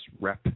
rep